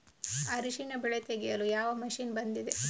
ಅರಿಶಿನ ಬೆಳೆ ತೆಗೆಯಲು ಯಾವ ಮಷೀನ್ ಬಂದಿದೆ?